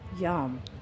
Yum